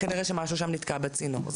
כנראה שמשהו שם נתקע בצינור.